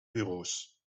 bureaus